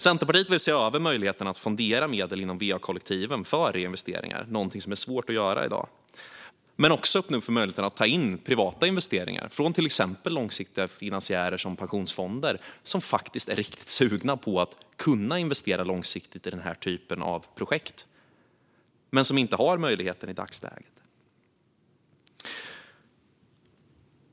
Centerpartiet vill se över möjligheterna att fondera medel inom va-kollektivet för reinvesteringar, men också öppna upp för möjligheten att ta in privata investeringar från till exempel långsiktiga finansiärer som pensionsfonder - som faktiskt är riktigt sugna på att kunna investera långsiktigt i den här typen av projekt. Den möjligheten finns dock inte i dagsläget.